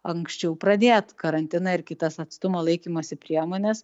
anksčiau pradėt karantiną ir kitas atstumo laikymosi priemones